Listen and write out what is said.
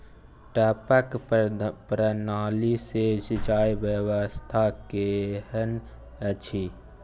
टपक प्रणाली से सिंचाई व्यवस्था केहन अछि?